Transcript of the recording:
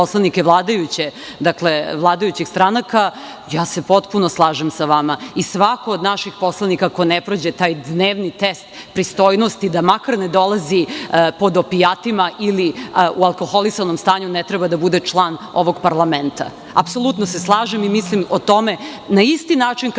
poslanike vladajućih stranaka, tu se potpuno slažem sa vama. Svako od naših poslanika koji ne prođe taj dnevni test pristojnosti, da makar ne dolazi pod opijatima ili u alkoholisanom stanju, ne treba da bude član ovog parlamenta. Apsolutno se slažem i mislim o tome na isti način kako mislim